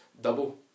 double